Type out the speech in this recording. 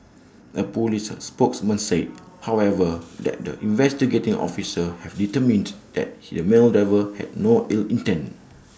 A Police spokesman said however that the investigating officers have determined that he male driver had no ill intent